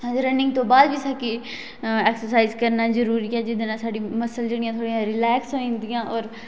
असें गी रनिंग तू बाद बी एकसर्साइज करना जरुरी ऐ जेहदे कन्नै साढ़ी मसल जेहड़ी थोहड़ी रिलेकस होई जंदियां ओर